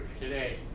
today